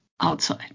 outside